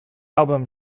album